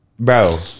Bro